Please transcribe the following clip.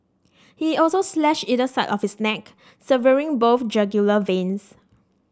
he also slashed either side of his neck severing both jugular veins